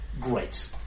great